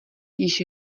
již